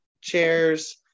chairs